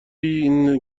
این